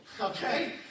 Okay